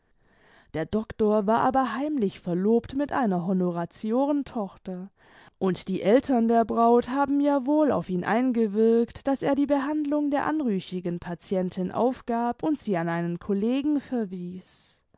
der doktor war aber heimlich verlobt mit einer honoratiorentochter und die eltern der braut haben ja wohl auf ihn eingewirkt daß er die behandlimg der anrüchigen patientin aufgab und sie an einen kollegen verwies